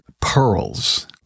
pearls